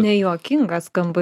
nejuokinga skamba